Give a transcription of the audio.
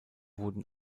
wurden